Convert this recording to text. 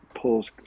pulls